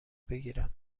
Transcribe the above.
بگیرم